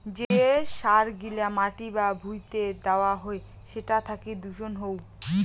যে সার গিলা মাটি বা ভুঁইতে দেওয়া হই সেটার থাকি দূষণ হউ